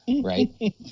Right